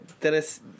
Dennis